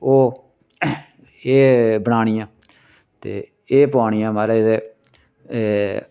ते ओह् एह् बनानियां ते एह् पोआनियां महाराज ते